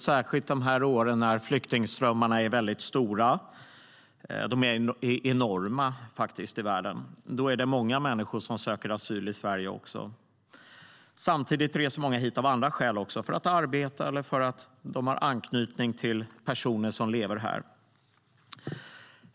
Särskilt de här åren, när flyktingströmmarna är mycket stora - de är faktiskt enorma i världen - är det många människor som söker asyl också i Sverige. Samtidigt reser många hit av andra skäl, för att arbeta eller på grund av att de har anknytning till personer som lever här.